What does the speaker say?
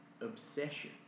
obsession